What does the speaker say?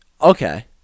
Okay